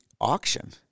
auction